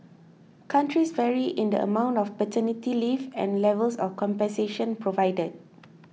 countries vary in the amount of paternity leave and levels of compensation provided